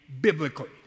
biblically